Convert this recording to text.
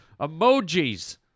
emojis